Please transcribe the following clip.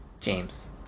James